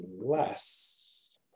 less